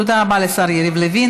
תודה רבה לשר יריב לוין.